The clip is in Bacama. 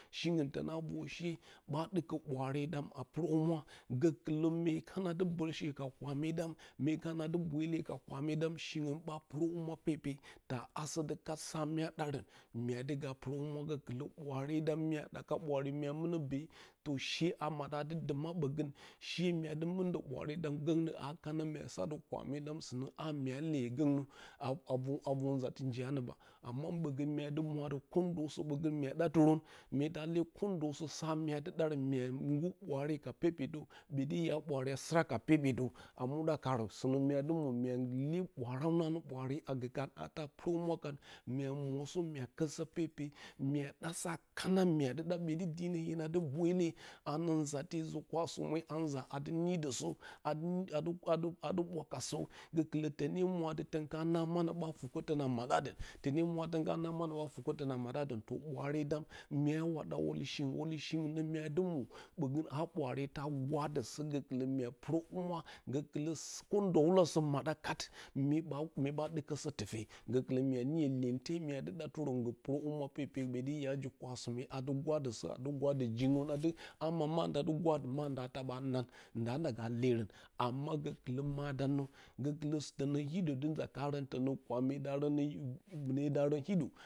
Shiung tona rorr she ɓa ɗɨkə bware ɗam a purchamwa, gokulə muekadɨ bulshe ka kuramedam wye kana dɨ bwele ka kwamedam shingu ɓa purə humwa pepe ta asə də kai sa maa ɗaran mya diga purohumwa gokulə muraredana mya ɗaka bwaredam mua minə be to she a maɗa dɨ duma ɓagən she mya dɨ mɨndə bwaare doni golə a kana mya satɨ kwamedam sɨnə a mya leyə golə a ror a vor nzatɨ njiya amman ɓogəu myadɨ mwatɨ kondousə ɓogə mya ɗalerə mye ta le kondomsə sa mya dɨ ɗarə mya ngur bwaare pepetə ɓoti ya bwaare a stiraa ka pepetə a muɗa karə sɨnə mya du mwə mya ni bwarawna nə bwaare a garurn kare ata purə humwa kah mya mosə mya katsə pepe mya ɗa sa kana mya dɨ ɗa ɓoti diinəu hina du mboyile anə maje uji kwasome a anza adɨ nidəsə adɨ adɨ adɨ adɨ burakasə golilə tene mura ti dən kana na manə ɓa fukə tona madadə tone mwa da kan na mali ɓa fukə tona madadə to bu0zuare dam mya wa da wiute shingn wuleshingnə mya dɨ muro mbogə a buraare ta guradoso gukulə ya puroho mwa gokijə kondawulasə mada kat mye ɓa, mye ɓa ɗɨkəsə tufe gokulə mya ni iyente mya dɨ ɗatirə ngɨ purohumwa pepe ɓoti ya ji lewasome a dɨ gwadosə a dɨ gwadə jirə a dɨam a ndadi gwadə ma nda da nan nda ndaga lerab gə kilə madə nnə gokilə tənə hidə ndɨ ma karə tənə kuramedarən nnə vunedarə hidə.